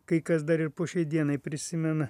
kai kas dar ir po šiai dienai prisimena